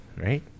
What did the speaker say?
right